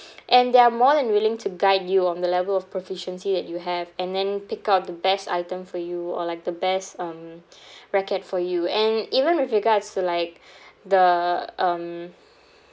and they are more than willing to guide you on the level of proficiency that you have and then pick out the best item for you or like the best um racket for you and even with regards to like the um